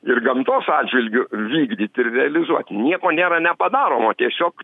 ir gamtos atžvilgiu vykdyti ir realizuoti nieko nėra nepadaromo tiesiog